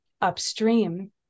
upstream